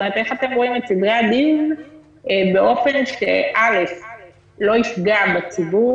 כלומר איך אתם רואים את סדרי הדיון באופן שלא יפגע בציבור,